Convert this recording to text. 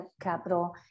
capital